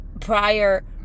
prior